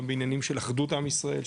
גם בעניינים של אחדות עם ישראל,